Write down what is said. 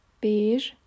beige